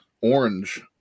orange